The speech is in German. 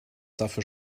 dafür